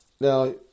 Now